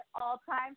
all-time